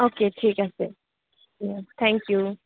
okay ঠিক আছে thank U